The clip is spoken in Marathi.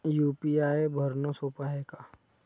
यू.पी.आय भरनं सोप हाय का?